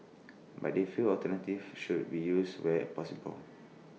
but they feel alternatives should be used where possible